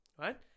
right